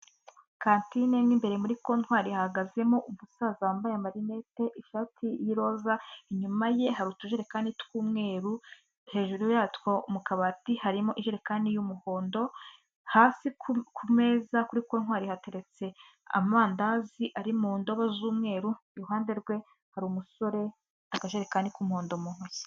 Kantine mo imbere muri kontwari hahagazemo umusaza wambaye amarinete, ishati y'iroza, inyuma ye ha utujerekani tw'umweru, hejuru yatwo mu kabati harimo ijerekani y'umuhondo, hasi ku meza kuri kontwari hateretse amandazi ari mu ndobo z'umweru, iruhande rwe hari umusore, afite akajerekani k'umuhondo mutoki.